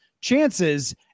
chances